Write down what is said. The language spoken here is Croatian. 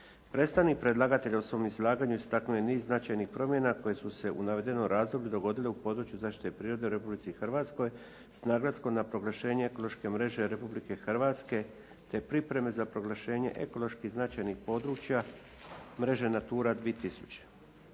Predstavnik predlagatelja u svom izlaganju istaknuo je niz značajnih promjena koje su se u navedenom razdoblju dogodile u području zaštite prirode u Republici Hrvatskoj s naglaskom na proglašenje ekološke mreže Republike Hrvatske te pripreme za proglašenje ekološki značajnih područja mreže Natura 2000.